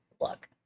look